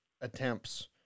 attempts